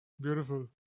Beautiful